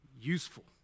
useful